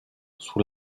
sous